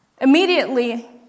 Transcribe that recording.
Immediately